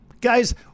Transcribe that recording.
guys